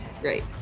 Great